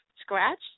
scratch